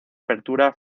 apertura